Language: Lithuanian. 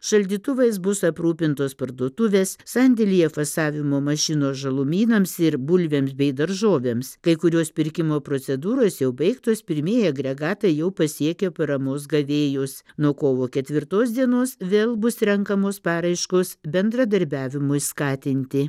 šaldytuvais bus aprūpintos parduotuvės sandėlyje fasavimo mašinos žalumynams ir bulvėms bei daržovėms kai kurios pirkimo procedūros jau baigtos pirmieji agregatai jau pasiekė paramos gavėjus nuo kovo ketvirtos dienos vėl bus renkamos paraiškos bendradarbiavimui skatinti